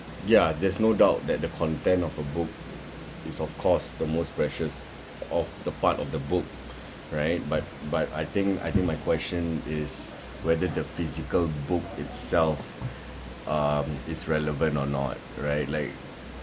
ya there's no doubt that the content of a book is of course the most precious of the part of the book right but but I think I think my question is whether the physical book itself um is relevant or not right like